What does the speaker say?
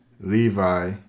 Levi